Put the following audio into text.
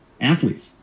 athletes